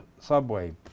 Subway